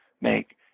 make